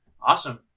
Awesome